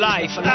Life